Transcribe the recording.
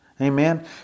Amen